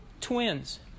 twins